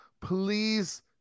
please